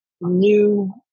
new